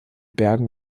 bergen